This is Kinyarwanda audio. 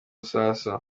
sasa